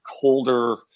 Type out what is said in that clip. colder